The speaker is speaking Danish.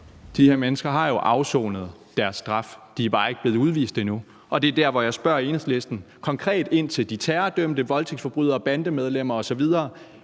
De her mennesker har jo afsonet deres straf. De er bare ikke blevet udvist endnu. Det er der, hvor jeg spørger Enhedslisten konkret ind til de terrordømte, voldtægtsforbryderne, bandemedlemmerne osv.: